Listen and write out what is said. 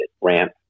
ramp